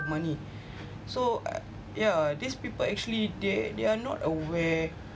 money so yeah these people actually they they're not aware